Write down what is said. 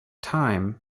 time